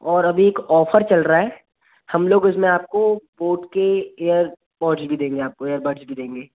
और अभी एक ऑफ़र चल रहा है हम लोग उसमें आपको बोट के एयरपॉड्स भी देंगे आपको एयरबड्स भी देंगे